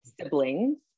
siblings